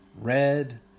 red